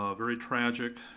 ah very tragic.